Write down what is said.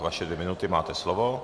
Vaše dvě minuty, máte slovo.